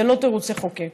זה לא תירוץ לחוקק.